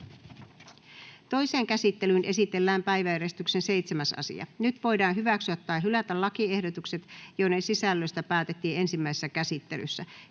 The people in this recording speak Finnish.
Toiseen käsittelyyn esitellään päiväjärjestyksen 7. asia. Nyt voidaan hyväksyä tai hylätä lakiehdotukset, joiden sisällöstä päätettiin ensimmäisessä käsittelyssä.